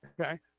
Okay